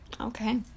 Okay